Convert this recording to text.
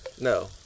No